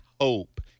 Hope